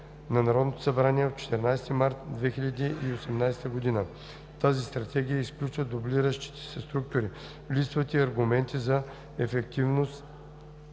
на Народното събрание от 14 март 2018 г. Тази стратегия изключва дублиращи се структури. Липсват и аргументи за ефективност